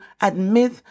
admit